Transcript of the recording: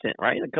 right